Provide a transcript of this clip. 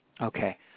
Okay